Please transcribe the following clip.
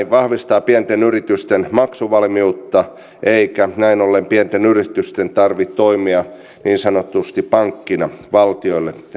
vahvistaa pienten yritysten maksuvalmiutta eikä näin ollen pienten yritysten tarvitse toimia niin sanotusti pankkina valtiolle